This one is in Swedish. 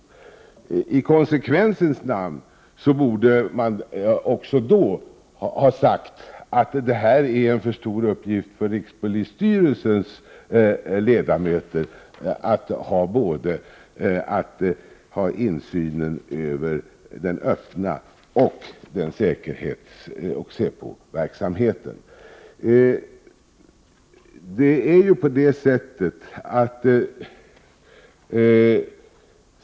Då borde man i konsekvensens namn ha sagt att det är en för stor uppgift för rikspolisstyrelsens ledamöter att utöva insyn över både den öppna polisverksamheten och säpoverksamheten.